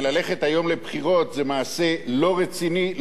וללכת היום לבחירות זה מעשה לא רציני,